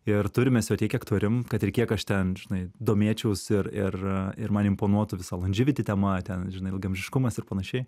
ir turim mes jo tiek kiek turim kad ir kiek aš ten žinai domėčiaus ir ir ir man imponuotų visa landživiti tema ten žinai ilgaamžiškumas ir panašiai